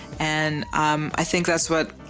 and um i think that's what